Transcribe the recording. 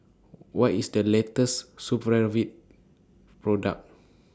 What IS The latest Supravit Product